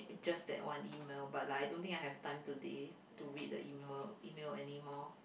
just that one email but like I don't think I have time today to read the email email anymore